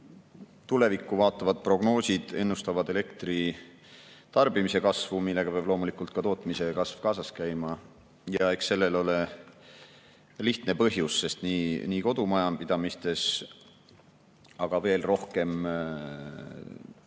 tulevikku vaatavad prognoosid ennustavad elektritarbimise kasvu, millega peab loomulikult kaasas käima ka tootmise kasv. Eks sellel ole lihtne põhjus: nii kodumajapidamistes, aga veel rohkem